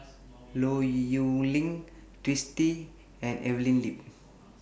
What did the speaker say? Low Yen Ling Twisstii and Evelyn Lip